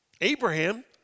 Abraham